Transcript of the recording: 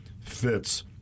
fits